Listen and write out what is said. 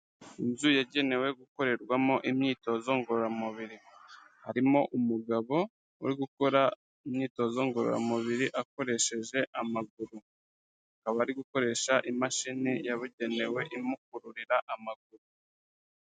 Inzu yagenewe gukorerwamo imyitozo ngororamubiri, harimo umugabo uri gukora imyitozo ngororamubiri akoresheje amaguru, akaba ari gukoresha imashini yabugenewe imukururira amaguru.